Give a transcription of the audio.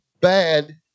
bad